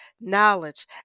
knowledge